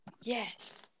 Yes